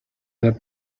the